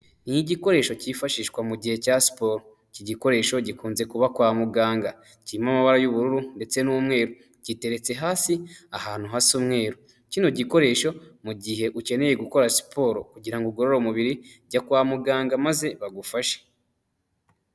Ni igikoresho cyifashishwa mu gihe cya siporo, iki gikoresho gikunze kuba kwa muganga, kirimo amabara y'ubururu ndetse n'umweru, giteretse hasi ahantu hasa umweru, kino gikoresho mu gihe ukeneye gukora siporo kugira ngo ugorore umubiri, jya kwa muganga maze bagufashe.